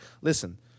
Listen